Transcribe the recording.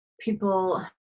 people